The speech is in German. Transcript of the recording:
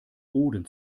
boden